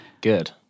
Good